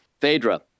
Phaedra